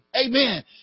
Amen